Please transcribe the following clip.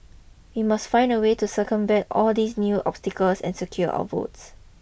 we must find a way to circumvent all these new obstacles and secure our votes